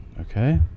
Okay